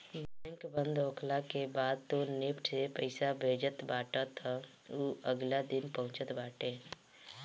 bank बंद होखला के बाद तू निफ्ट से पईसा भेजत बाटअ तअ उ अगिला दिने पहुँचत बाटे